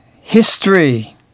History